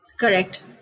Correct